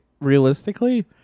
realistically